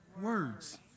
words